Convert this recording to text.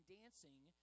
dancing